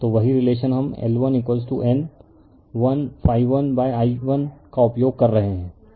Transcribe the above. तो वही रिलेशन हम L1N1∅1i1 का उपयोग कर रहे हैं